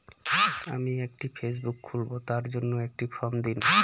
আমি একটি ফেসবুক খুলব তার জন্য একটি ফ্রম দিন?